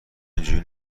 اینجوری